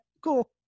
cool